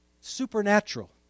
Supernatural